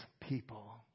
people